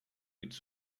its